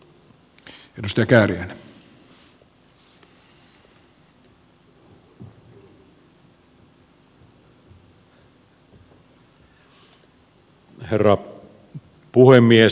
herra puhemies